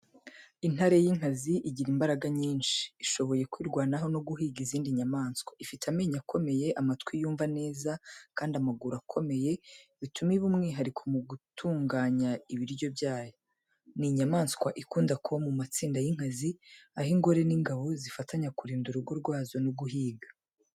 Intare y’inkazi igira imbaraga nyinshi, ishoboye kwirwanaho no guhiga izindi nyamaswa. Ifite amenyo akomeye, amatwi yumva neza kandi amaguru akomeye, bituma iba umwihariko mu gutunganya ibiryo byayo. Ni inyamaswa ikunda kuba mu matsinda y’inkazi, aho ingore n’ingano zifatanya kurinda urugo rwazo no guhiga.